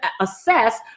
assess